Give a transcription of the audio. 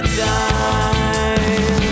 time